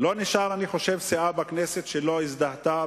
לא נשארה סיעה בכנסת שלא הזדהתה.